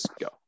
go